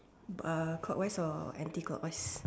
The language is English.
uh clockwise or anti clockwise